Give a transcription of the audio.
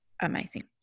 amazing